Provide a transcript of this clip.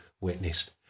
witnessed